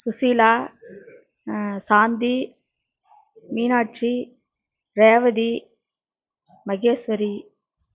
Susheela Shanti Meenakshi Revathi Maheswari